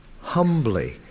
humbly